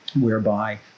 whereby